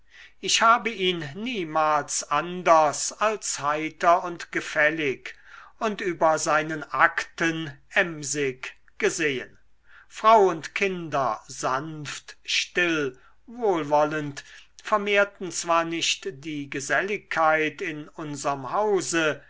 ich habe ihn niemals anders als heiter und gefällig und über seinen akten emsig gesehen frau und kinder sanft still und wohlwollend vermehrten zwar nicht die geselligkeit in unserm hause